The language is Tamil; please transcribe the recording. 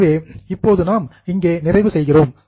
எனவே இப்போது நாம் இங்கே நிறைவு செய்கிறோம்